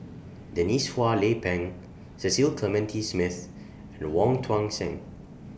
Denise Phua Lay Peng Cecil Clementi Smith and Wong Tuang Seng